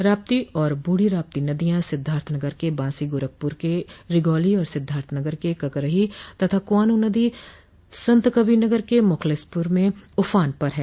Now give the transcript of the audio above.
राप्ती और बूढ़ी राप्ती नदियां सिद्धार्थनगर के बांसी गोरखपुर के रिगौली और सिद्धार्थनगर के ककरही तथा क्वानो नदी संतकबीरनगर के मुखलिसपुर में ऊफान पर हैं